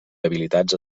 habilitats